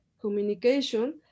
communication